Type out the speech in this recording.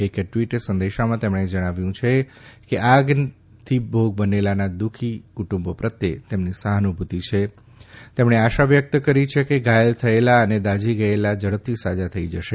એક ટ્વીટ સંદેશમાં તેમણે જણાવ્યું છે કે આગને ભોગ બનેલાના દ્રખી કુટુંબો પ્રત્યે તેમની સહાનુભૂતિ છે તેમણે આશા વ્યક્ત કરી છે કે ઘાયલ થયેલા અને દાઝી ગયેલા ઝડપથી સાજા થઈ જશે